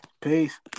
Peace